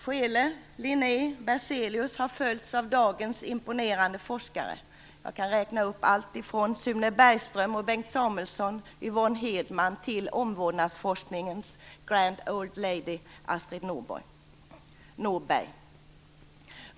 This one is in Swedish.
Scheele, Linné och Berzelius har följts av dagens imponerande forskare. Jag kan räkna upp allt från Sune Bergström, Bengt Samuelsson, Yvonne Hirdman till omvårdnadsforskningens grand old lady Astrid Norberg.